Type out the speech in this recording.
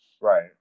Right